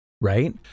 right